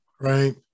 right